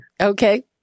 Okay